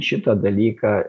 šitą dalyką